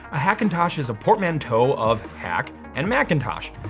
a hackintosh is a portmanteau of hack and macintosh.